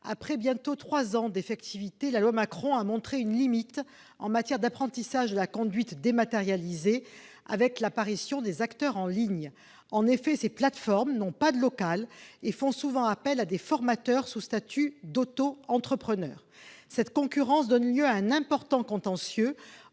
Après bientôt trois ans d'effectivité, la loi Macron a montré une limite en matière d'apprentissage de la conduite dématérialisée, avec l'apparition des acteurs en ligne. En effet, ces plateformes n'ont pas de local et font souvent appel à des formateurs sous statut d'auto-entrepreneur. Cette concurrence donne lieu à un important contentieux